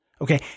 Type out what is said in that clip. Okay